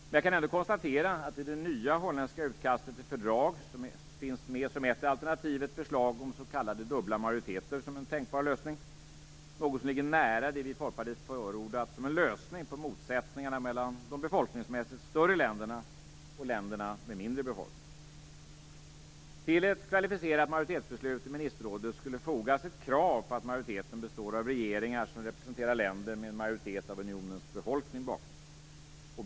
Men jag kan ändå konstatera att det i det nya holländska utkastet till fördrag finns med som ett alternativ ett förslag om s.k. dubbla majoriteter som en tänkbar lösning, något som ligger nära det vi Folkpartiet förordat som en lösning på motsättningarna mellan de befolkningsmässigt större länderna och länderna med mindre befolkning. Till ett kvalificerat majoritetsbeslut i ministerrådet skulle fogas ett krav på att majoriteten består av regeringar som representerar länder med en majoritet av unionens befolkning bakom sig.